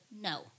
no